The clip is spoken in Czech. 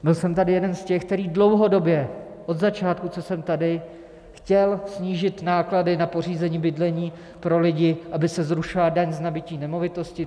Byl jsem tady jeden z těch, který dlouhodobě od začátku, co jsem tady, chtěl snížit náklady na pořízení bydlení pro lidi, aby se zrušila daň z nabytí nemovitosti.